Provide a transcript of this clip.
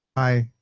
aye.